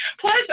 plus